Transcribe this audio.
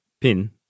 Pin